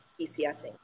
PCSing